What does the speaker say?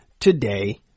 Today